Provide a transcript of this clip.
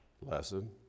lesson